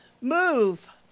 Move